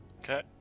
Okay